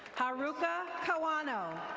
hairuka corano.